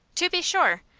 to be sure!